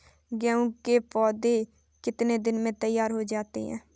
गेहूँ के पौधे कितने दिन में तैयार हो जाते हैं?